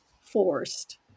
forced